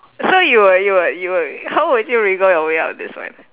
so you would you would you would how would you wriggle your way out of this one